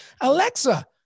Alexa